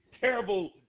Terrible